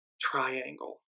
triangle